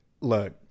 look